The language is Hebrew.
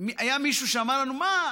היה מישהו שאמר לנו: מה,